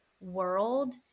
world